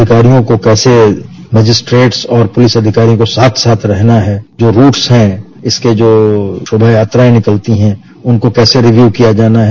अधिकारियों को कैसे मजिस्ट्रेट और पुलिस अधिकारियों को साथ साथ रहना है जो रूट्स हैं इसमें जो शोभा यात्राएं निकलनी हैं उनको कैसे रिव्यू किया जाना है